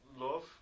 Love